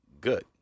good